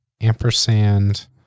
ampersand